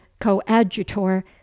coadjutor